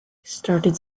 started